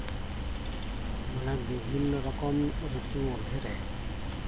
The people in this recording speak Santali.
ᱢᱟᱱᱮ ᱵᱤᱵᱷᱤᱱᱱᱚ ᱨᱚᱠᱚᱢ ᱨᱤᱛᱩ ᱢᱚᱫᱽᱫᱷᱮᱨᱮ